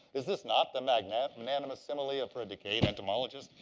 is this not the magnanimous simile for a decayed entomologist?